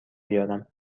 بیارم